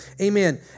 Amen